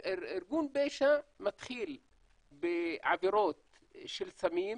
ארגון פשע מתחיל בעבירות של סמים,